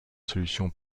solution